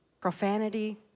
profanity